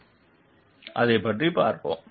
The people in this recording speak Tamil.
அதை பார்ப்போம்